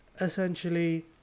essentially